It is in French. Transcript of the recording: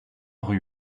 rue